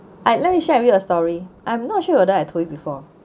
I'd like to share you with a story I'm not sure that I told you before